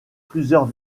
plusieurs